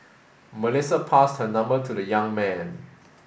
Melissa passed her number to the young man